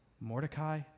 Mordecai